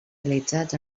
realitzats